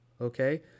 okay